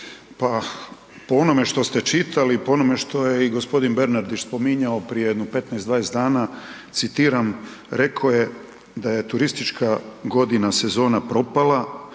pa po onome što ste čitali, po onome što je i gospodine Bernardić spominjao prije jedno 15, 20 dana, citiram rekao je da je „turistička godina sezona propala,